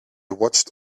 watched